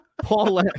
paul